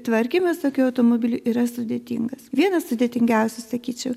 tvarkymas tokių automobilių yra sudėtingas vienas sudėtingiausių sakyčiau